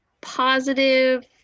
positive